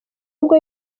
ubwo